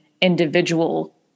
individual